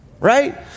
right